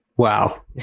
Wow